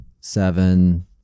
seven